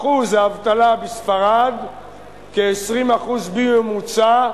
אחוז האבטלה בספרד כ-20% בממוצע,